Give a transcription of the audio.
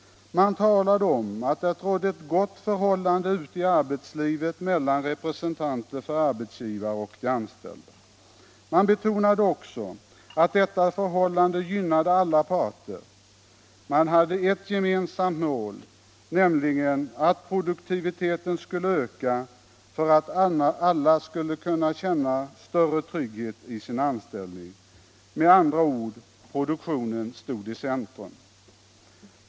Man talade om att det rådde ett gott förhållande ute i arbetslivet mellan representanter för arbetsgivare och de anställda. Man betonade också att detta förhållande gynnade alla parter. Man hade ett gemensamt mål, nämligen att produktiviteten skulle öka för att alla skulle känna större trygghet i sin anställning, med andra ord produktionen stod i centrum.